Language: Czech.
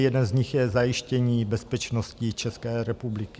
Jeden z nich je zajištění bezpečnosti České republiky.